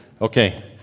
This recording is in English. Okay